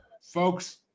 folks